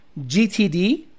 GTD